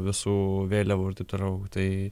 visų vėliavų ir taip toliau tai